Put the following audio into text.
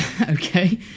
okay